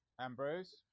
Ambrose